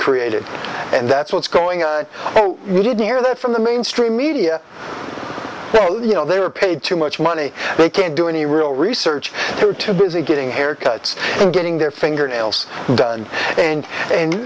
created and that's what's going on and you didn't hear that from the mainstream media well you know they were paid too much money they can't do any real research you're too busy getting haircuts and getting their fingernails done and